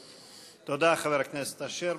תודה, חבר הכנסת אשר.